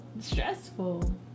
stressful